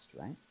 right